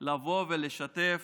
לבוא ולשתף.